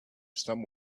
some